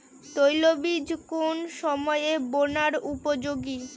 তৈলবীজ কোন সময়ে বোনার উপযোগী?